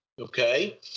Okay